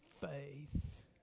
faith